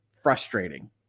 frustrating